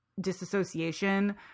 disassociation